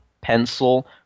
pencil